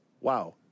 wow